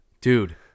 Dude